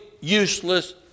useless